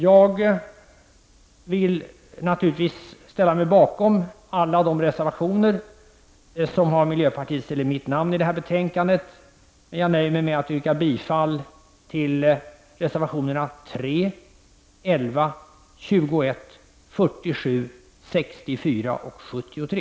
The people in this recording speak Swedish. Jag ställer mig naturligtvis bakom alla de reservationer till betänkandet som har miljöpartiets eller mitt namn, men jag nöjer mig med att yrka bifall till reservationerna 3, 11, 21, 47, 64 och 73.